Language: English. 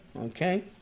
okay